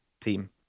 team